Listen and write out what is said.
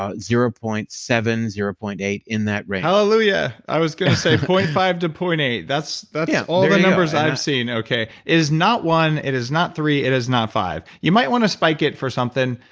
um zero point seven, zero point eight, in that range. hallelujah! i was gonna say point five to point eight, that's that's yeah all the numbers i've seen. okay, it is not one, it is not three, it is not five. you might wanna spike it for something,